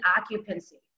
occupancy